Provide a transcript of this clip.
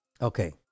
Okay